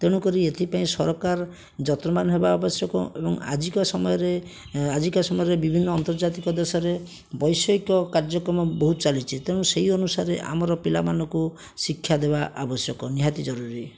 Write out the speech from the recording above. ତେଣୁକରି ଏଥିପାଇଁ ସରକାର ଯତ୍ନବାନ ହେବା ଆବଶ୍ୟକ ଏବଂ ଆଜିକା ସମୟରେ ଏ ଆଜିକା ସମୟରେ ବିଭିନ୍ନ ଆନ୍ତର୍ଜାତିକ ଦେଶରେ ବୈଷୟିକ କାର୍ଯ୍ୟକ୍ରମ ବହୁତ ଚାଲିଛି ତେଣୁ ସେହି ଅନୁସାରେ ଆମର ପିଲାମାନଙ୍କୁ ଶିକ୍ଷା ଦେବା ଆବଶ୍ୟକ ନିହାତି ଜରୁରୀ